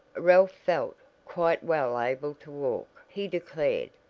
ralph felt quite well able to walk, he declared,